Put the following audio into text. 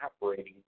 operating